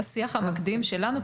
בשיח המקדים שלנו,